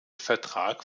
vertrag